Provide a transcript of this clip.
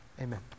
Amen